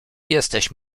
jesteś